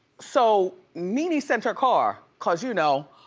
so nene sent her car, cause you know